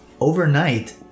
overnight